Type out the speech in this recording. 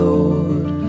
Lord